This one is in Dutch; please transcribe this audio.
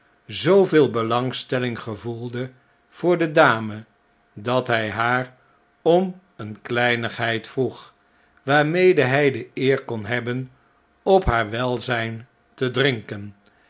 zooveel belangstelling gevoelde voor de dame dat hjj haar om een kleinigheid vroeg waarmede hy de eer kon hebben op haar welzijn te drinken